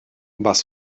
was